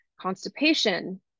constipation